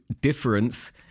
difference